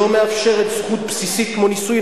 שלא מאפשרת זכות בסיסית כמו נישואים,